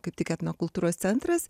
kaip tik etnokultūros centras